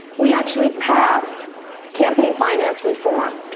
we actually passed campaign finance reform.